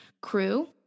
crew